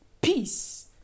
peace